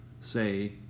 say